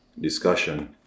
discussion